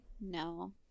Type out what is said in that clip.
no